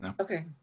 Okay